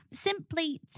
Simply